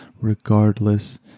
Regardless